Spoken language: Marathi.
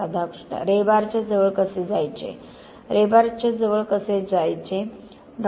राधाकृष्ण रेबारच्या जवळ कसे जायचे डॉ जॉर्ज रेबारच्या जवळ कसे जायचे डॉ